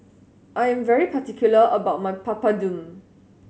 I am very particular about my Papadum